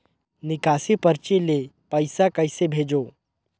निकासी परची ले पईसा कइसे भेजों?